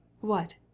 What